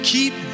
Keep